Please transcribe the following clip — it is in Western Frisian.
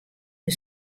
dêr